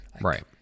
Right